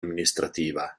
amministrativa